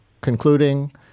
concluding